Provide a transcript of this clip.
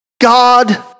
God